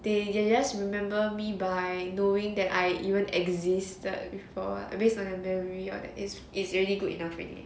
they they just remember me by knowing that I even existed before lah based on your memory right that is is already good enough already